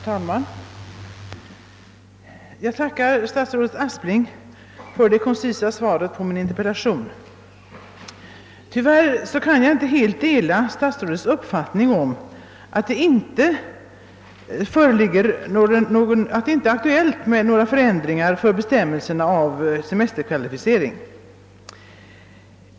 Herr talman! Jag tackar statsrådet Aspling för det koncisa svaret på min interpellation. Tyvärr kan jag inte dela statsrådets uppfattning att det inte är aktuellt med några förändringar av bestämmelserna för semesterkvalificering.